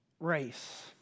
race